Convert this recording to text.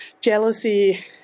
jealousy